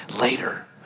later